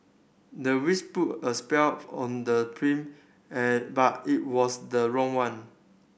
the witch put a spell of on the but it was the wrong one